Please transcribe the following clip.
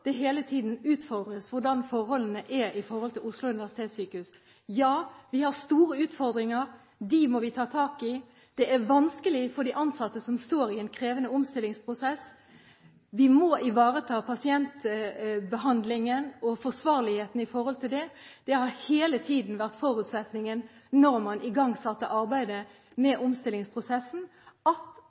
det hele tiden utfordres på hvordan forholdene er ved Oslo universitetssykehus. Ja, vi har store utfordringer. De må vi ta tak i. Det er vanskelig for de ansatte som står i en krevende omstillingsprosess. Vi må ivareta pasientbehandlingen og forsvarligheten i den sammenheng. Det har hele tiden vært forutsetningen da man igangsatte arbeidet med omstillingsprosessen, at